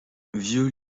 vieux